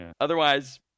otherwise